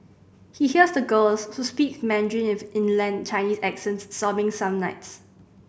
he hears the girls who speak Mandarin with inland Chinese accents sobbing some nights